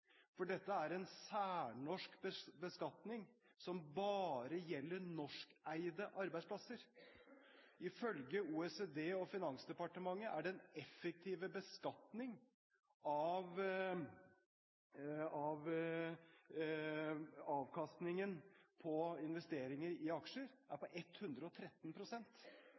For dette er en særnorsk beskatning som bare gjelder norskeide arbeidsplasser. Ifølge OECD og Finansdepartementet er den effektive beskatningen av avkastningen på investeringer i aksjer,